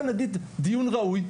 זה, למשל, דיון ראוי.